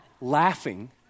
laughing